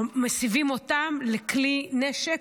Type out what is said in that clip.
מסיבים אותם לכלי נשק.